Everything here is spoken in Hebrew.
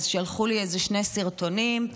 שלחו לי שני סרטונים,